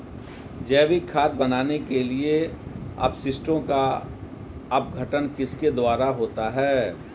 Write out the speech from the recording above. जैविक खाद बनाने के लिए अपशिष्टों का अपघटन किसके द्वारा होता है?